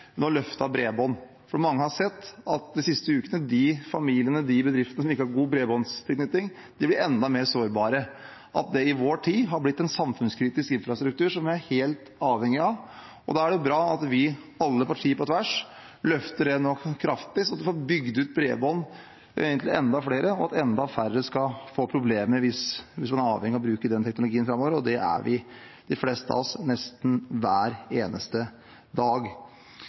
nå løftet bredbånd, for mange har sett at de siste ukene har de familiene og de bedriftene som ikke har god bredbåndstilknytning, blitt enda mer sårbare, og at det i vår tid har blitt en samfunnskritisk infrastruktur som vi er helt avhengige av. Da er det bra at vi, alle partier på tvers, nå løfter det kraftig, sånn at vi får bygd ut bredbånd til enda flere, og at enda færre skal få problemer hvis man er avhengig av å bruke den teknologien framover – og det er de fleste av oss nesten hver eneste dag.